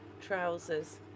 trousers